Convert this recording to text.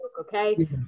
Okay